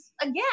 again